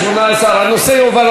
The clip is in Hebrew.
18. הנושא יובא,